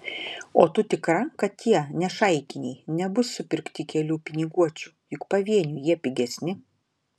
o tu tikra kad tie nešaikiniai nebus supirkti kelių piniguočių juk pavieniui jie pigesni